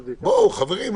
חברים,